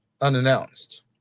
unannounced